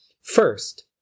First